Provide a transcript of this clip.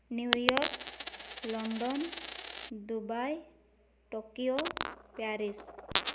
New York London Dubai Tokyo Paris